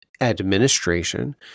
administration